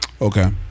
Okay